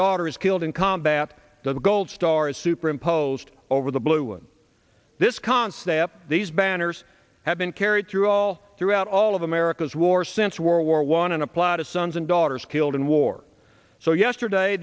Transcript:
daughter is killed in combat the gold stars superimposed over the blue and this concept these banners have been carried through all throughout all of america's war since world war one in a plot of sons and daughters killed in war so yesterday